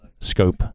scope